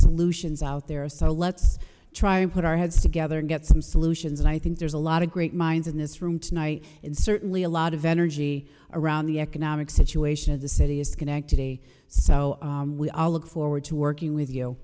solutions out there are so let's try and put our heads together and get some solutions and i think there's a lot of great minds in this room tonight in certainly a lot of energy around the economic situation of the city is connected a so we all look forward to working with you